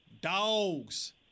Dogs